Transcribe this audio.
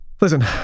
Listen